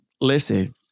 Listen